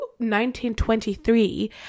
1923